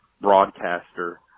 broadcaster